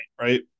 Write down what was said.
Right